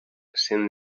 cent